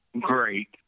great